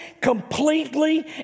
completely